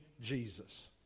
Jesus